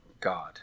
God